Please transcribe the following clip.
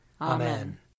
Amen